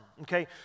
okay